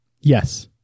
Yes